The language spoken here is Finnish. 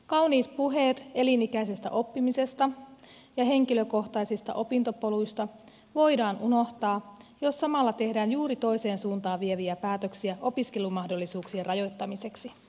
kauniit puheet elinikäisestä oppimisesta ja henkilökohtaisista opintopoluista voidaan unohtaa jos samalla tehdään juuri toiseen suuntaan vieviä päätöksiä opiskelumahdollisuuksien rajoittamiseksi